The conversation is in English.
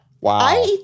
Wow